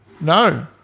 no